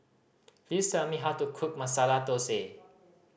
please tell me how to cook Masala Dosa